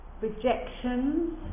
Rejections